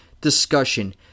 discussion